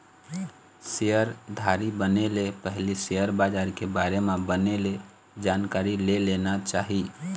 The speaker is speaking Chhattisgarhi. सेयरधारी बने ले पहिली सेयर बजार के बारे म बने ले जानकारी ले लेना चाही